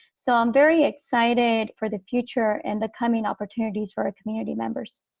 so i'm very excited for the future and the coming opportunities for our community members